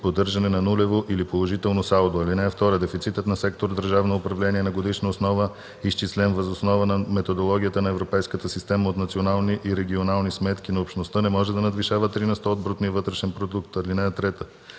поддържане на нулево или положително салдо. (2) Дефицитът на сектор „Държавно управление” на годишна основа, изчислен въз основа на методологията на Европейската система от национални и регионални сметки на Общността, не може да надвишава 3 на сто от брутния вътрешен продукт. (3)